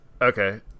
Okay